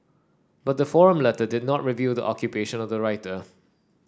but the forum letter did not reveal the occupation of the writer